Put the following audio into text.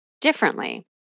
differently